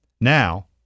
Now